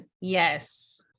Yes